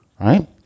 right